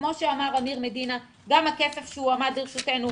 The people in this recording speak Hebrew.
כמו שאמר אמיר מדינה גם הכסף שהועמד לרשותנו,